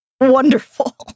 wonderful